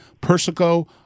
Persico